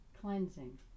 Cleansing